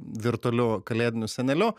virtualiu kalėdiniu seneliu